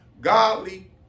godly